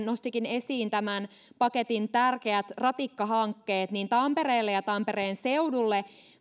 nostikin esiin tämän paketin tärkeät ratikkahankkeet niin tampereelle ja tampereen seudulle